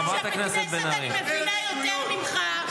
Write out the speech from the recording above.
חברת הכנסת מירב בן ארי, תודה.